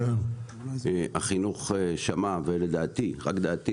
משרד החינוך שמע, ולדעתי רק דעתי